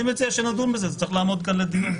אבל זה דבר שצריך לעמוד כאן לדיון.